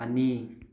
ꯑꯅꯤ